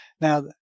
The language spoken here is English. Now